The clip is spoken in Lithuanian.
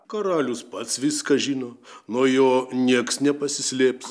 karalius pats viską žino nuo jo nieks nepasislėps